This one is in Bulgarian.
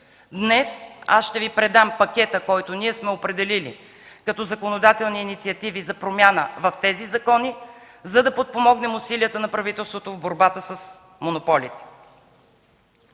Днес аз ще Ви предам пакета, който ние сме определили като законодателни инициативи за промяна в тези закони, за да подпомогнем усилията на правителството в борбата с монополите.